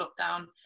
lockdown